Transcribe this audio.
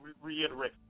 reiterate